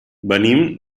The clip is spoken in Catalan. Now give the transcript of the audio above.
venim